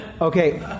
Okay